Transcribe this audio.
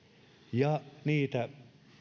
ja niitä